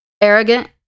arrogant